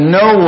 no